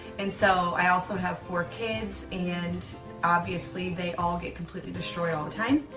and so i also have four kids and obviously they all get completely destroyed all the time.